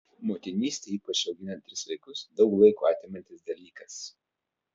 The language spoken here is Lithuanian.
motinystė ypač auginant tris vaikus daug laiko atimantis dalykas